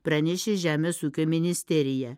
pranešė žemės ūkio ministerija